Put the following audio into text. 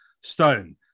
stone